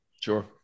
Sure